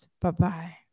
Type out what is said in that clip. Bye-bye